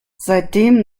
seitdem